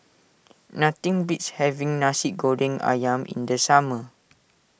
nothing beats having Nasi Goreng Ayam in the summer